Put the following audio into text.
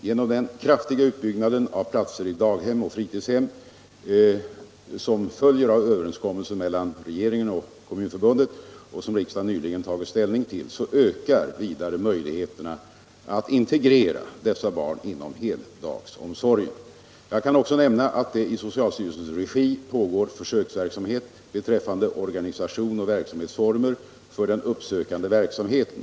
Genom den kraftiga utbyggnad av platser i daghem och fritidshem som följer av överenskommelsen mellan regeringen och Kommunförbundet och som riksdagen nyligen tagit ställning till ökar vidare möjligheterna att integrera dessa barn inom heldagsomsorgen. Jag kan också nämna att det i socialstyrelsens regi bedrivs försöksverksamhet beträffande organisation och verksamhetsformer för den uppsökande verksamheten.